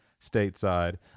stateside